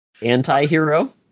Anti-hero